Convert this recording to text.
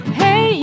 hey